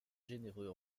généreux